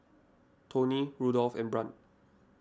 Toney Rudolph and Brant